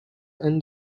end